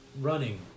Running